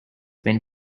when